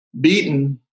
beaten